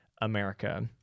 America